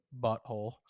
butthole